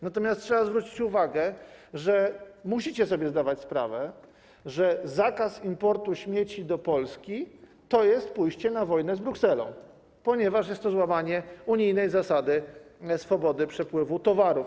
Natomiast trzeba zwrócić uwagę na to, że musicie sobie zdawać sprawę, że zakaz importu śmieci do Polski to jest pójście na wojnę z Brukselą, ponieważ jest to złamanie unijnej zasady swobody przepływu towarów.